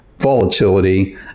Volatility